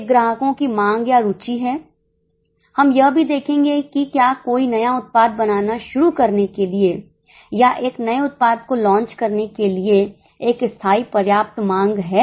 एक ग्राहकों की मांग या रुचि है हम यह भी देखेंगे कि क्या कोई नया उत्पाद बनाना शुरू करने के लिए या एक नए उत्पाद को लॉन्च करने के लिए एक स्थायी पर्याप्त मांग है